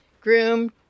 Groom